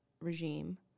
regime